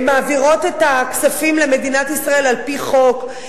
הן מעבירות את הכספים למדינת ישראל על-פי חוק.